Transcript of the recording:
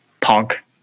punk